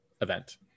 event